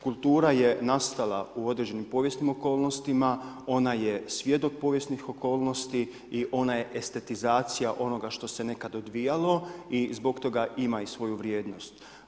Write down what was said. Kultura je nastala u određenim povijesnim okolnostima, ona je svjedok povijesnih okolnosti i ona je estetizacija onoga što se nekad odvijalo i zbog toga ima i svoju vrijednost.